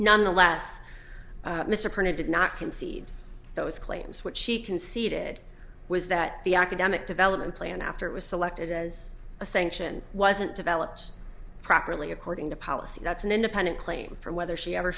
nonetheless mr printed did not concede those claims what she conceded was that the academic development plan after it was selected as a sanction wasn't developed properly according to policy that's an independent claim for whether she ever